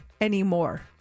anymore